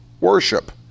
worship